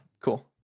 Cool